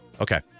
okay